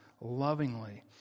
lovingly